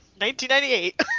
1998